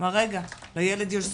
הוא אמר, רגע, לילד יש זכויות,